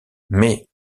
mais